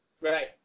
Right